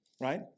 right